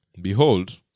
Behold